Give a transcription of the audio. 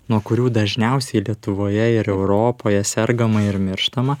nuo kurių dažniausiai lietuvoje ir europoje sergama ir mirštama